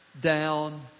down